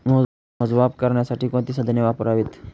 मोजमाप करण्यासाठी कोणती साधने वापरावीत?